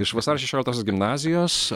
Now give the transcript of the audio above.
iš vasario šešioliktosios gimnazijos